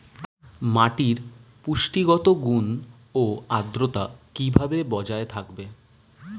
মাটির পুষ্টিগত গুণ ও আদ্রতা কিভাবে বজায় থাকবে?